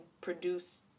produce